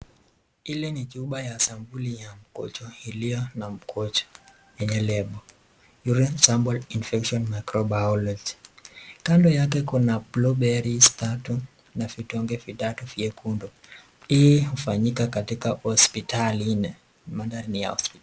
Hili ni chupa ya sampuli ya mkojo iliyo na mkojo yenye (cs) label(cs) Urine(cs) sample(cs) microbiology(cs). Kando yake kuna(cs) blueberries(cs) tatu na vidonge vitatu vyekundu. Hii hufanyika katika hospitalini maana ni ya hospitali